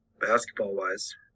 basketball-wise